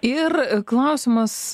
ir klausimas